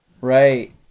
Right